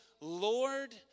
Lord